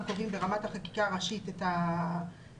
קובעים ברמת החקיקה הראשית את הענישה.